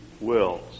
wills